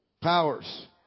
powers